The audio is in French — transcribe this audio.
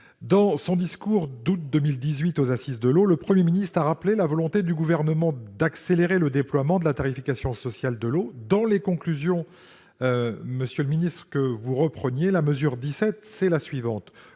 Dans son discours d'août 2018, aux Assises de l'eau, le Premier ministre a rappelé la volonté du Gouvernement d'accélérer le déploiement de la tarification sociale de l'eau. Il s'agit, monsieur le ministre, de la mesure 17 de ces assises